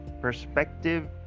perspective